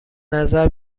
نظر